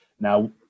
Now